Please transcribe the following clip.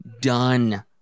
done